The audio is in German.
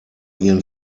ihren